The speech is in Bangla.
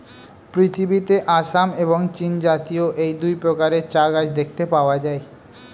পৃথিবীতে আসাম এবং চীনজাতীয় এই দুই প্রকারের চা গাছ দেখতে পাওয়া যায়